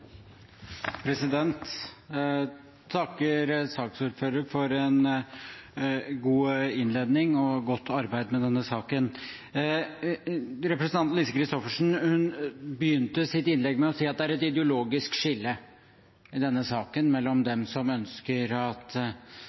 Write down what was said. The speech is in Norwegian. Jeg takker saksordføreren for en god innledning og godt arbeid med denne saken. Representanten Lise Christoffersen begynte sitt innlegg med å si at det er et ideologisk skille i denne saken, med tanke på dem som ønsker at